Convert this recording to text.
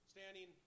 Standing